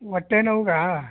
ಹೊಟ್ಟೆ ನೋವಿಗಾ